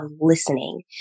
listening